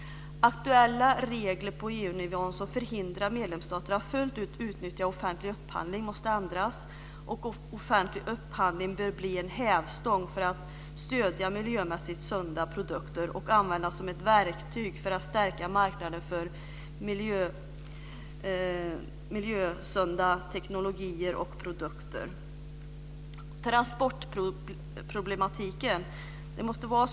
Aktuella regler på EU-nivå som förhindrar medlemsstater att fullt ut utnyttja offentlig upphandling måste ändras. Offentlig upphandling bör bli en hävstång för att stödja miljömässigt sunda produkter och användas som ett verktyg för att stärka marknaden för miljösunda teknologier och produkter.